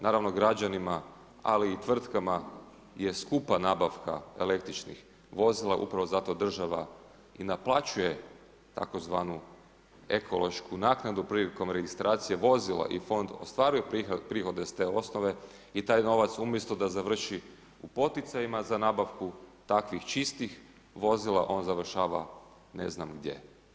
Naravno građanima ali i tvrtkama je skupa nabavka električnih vozila upravo zato država i naplaćuje tzv. ekološku naknadu prilikom registracije vozila i fond ostvaruje prihode s te osnove i taj novac umjesto da završi u poticajima za nabavku takvih čistih vozila, on završava ne znam gdje.